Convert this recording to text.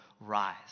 rise